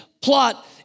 plot